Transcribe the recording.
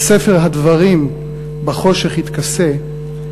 / וספר הדברים / בחושך יתכסה,